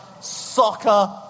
Soccer